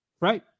Right